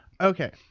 okay